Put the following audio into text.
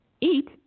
eat